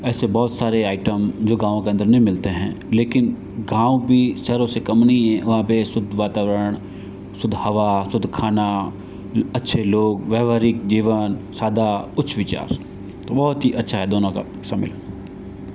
ऐसे बहुत सारे आइटम जो गाँव के अंदर नहीं मिलते हैं लेकिन गाँव भी शहरों से कम नहीं है वहाँ पर शुद्ध वातावरण शुद्ध हवा शुद्ध खाना अच्छे लोग व्यावहारिक जीवन सादा उच्च विचार तो बहुत ही अच्छा है दोनों का सम्मेलन